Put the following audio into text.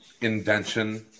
invention